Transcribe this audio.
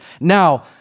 Now